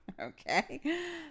Okay